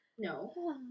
No